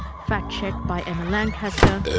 fact check by emma lancaster,